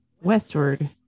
Westward